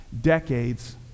Decades